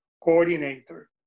coordinator